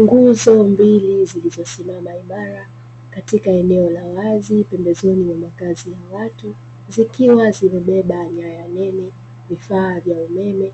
Nguzo mbili zilizosimama imara, katika eneo la wazi pembezoni mwa makazi ya watu, zikiwa zimebeba nyaya nene, vifaa vya umeme